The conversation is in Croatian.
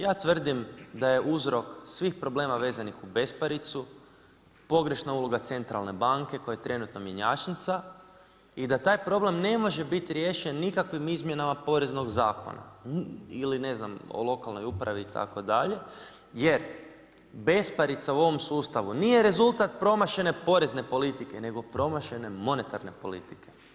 Ja tvrdim da je uzrok svih problema vezanih uz besparicu, pogrešna uloga centralne banke koja je trenutno mjenjačnica i da taj problem ne može biti riješen nikakvim izmjenama Poreznog zakona ili ne znam, o lokalnoj upravi itd. jer besparica u ovom sustavu nije rezultat promašene porezne politike nego promašene monetarne politike.